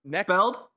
Spelled